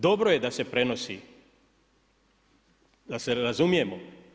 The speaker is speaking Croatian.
Dobro je da se prenosi, da se razumijemo.